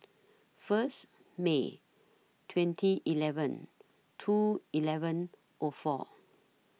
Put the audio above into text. First May twenty eleven two eleven O four